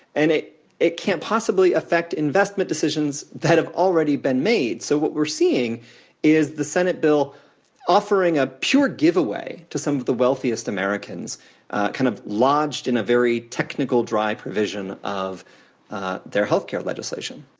and it it can't possibly affect investment decisions that have already been made. so what we're seeing is the senate bill offering a pure giveaway to some of the wealthiest americans kind of lodged in a very technical, dry provision of their health care legislation.